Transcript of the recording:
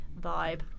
vibe